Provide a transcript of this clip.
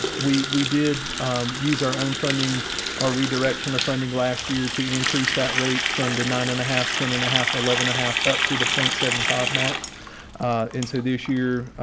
we we did use our own funding or redirection of funding last year to increase that rate from the nine and a half ten and a half and a half up to the point seven, five mark into this year.